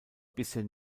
bisher